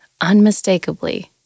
unmistakably